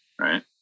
right